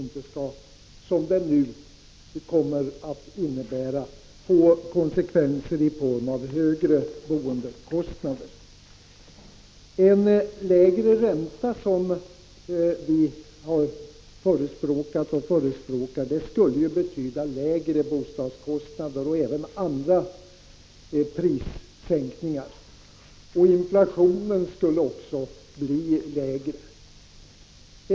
Nu kommer det att få konsekvenser i form av högre boendekostnader. En lägre ränta, något som vi förespråkat och förespråkar, skulle betyda lägre bostadskostnader och även medföra andra prissänkningar. Inflationen skulle också bli lägre.